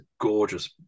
gorgeous